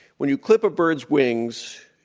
when you clip a bird's wings,